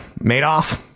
Madoff